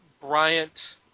Bryant